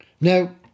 Now